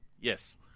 yes